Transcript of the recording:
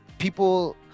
People